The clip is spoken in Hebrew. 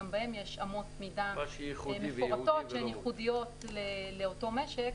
גם בהם יש אמות מידה מפורטות שהן ייחודיות לאותו משק